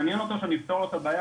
מעניין אותו שאני אפתור לו את הבעיה,